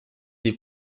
des